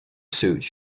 suit